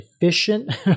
efficient